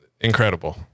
incredible